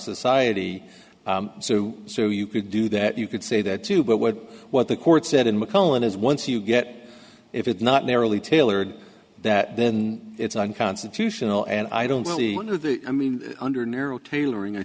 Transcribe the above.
society so so you could do that you could say that too but what what the court said in mcallen is once you get if it's not narrowly tailored that then it's unconstitutional and i don't want to i mean under narrow tailoring i